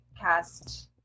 cast